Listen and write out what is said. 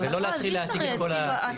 ולא להתחיל להעתיק את הכל.